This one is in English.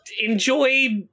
Enjoy